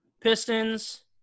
Pistons